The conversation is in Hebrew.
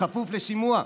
בכפוף לשימוע.